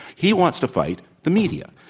he wants to fight the media,